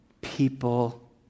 people